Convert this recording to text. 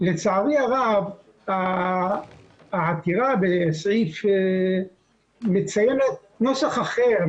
לצערי הרב העתירה בסעיף מציינת נוסח אחר,